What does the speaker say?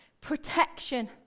Protection